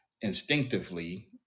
instinctively